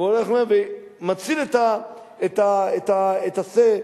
והולך ומציל את השה,